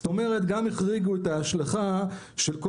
זאת אומרת גם החריגו את ההשלכה של כל